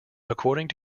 according